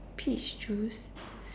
peach juice